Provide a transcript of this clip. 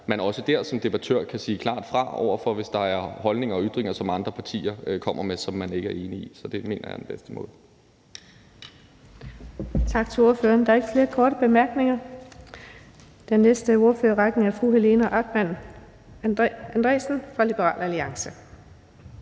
man også dér som debattør kan sige klart fra over for det, hvis der er holdninger eller ytringer, som andre partier kommer med, og som man ikke er enig i. Så det mener jeg er den bedste måde